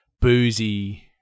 boozy